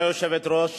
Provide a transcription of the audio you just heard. גברתי היושבת-ראש,